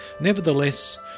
Nevertheless